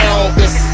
Elvis